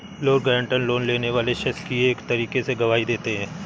loan guarantor, loan लेने वाले शख्स की एक तरीके से गवाही देते हैं